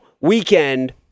weekend